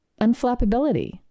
unflappability